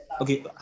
Okay